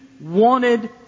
wanted